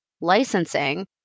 licensing